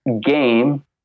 game